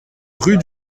rue